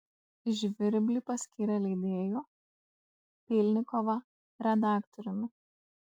žvirblį paskyrė leidėju pylnikovą redaktoriumi